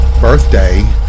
birthday